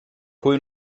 pwy